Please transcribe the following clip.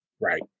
right